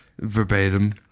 verbatim